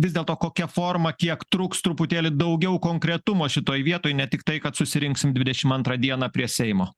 vis dėlto kokia forma kiek truks truputėlį daugiau konkretumo šitoj vietoj ne tik tai kad susirinksim dvidešim antrą dieną prie seimo